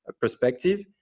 perspective